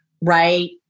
right